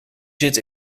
zit